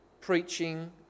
Preaching